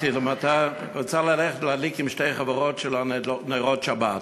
היא רוצה להדליק עם שתי חברות שלה נרות שבת.